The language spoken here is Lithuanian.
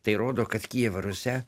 tai rodo kad kijevo rusia